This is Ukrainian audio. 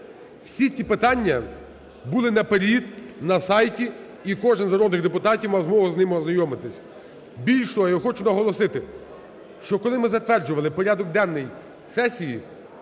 Всі ці питання були наперід на сайті, і кожен з народних депутатів мав змогу з ними ознайомитись. Більш того, я хочу наголосити, що коли ми затверджували порядок денний сесії,